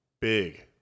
Big